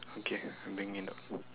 okay I'm bringing it down